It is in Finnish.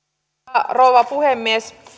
rouva puhemies